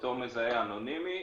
אותו מזהה אנונימי,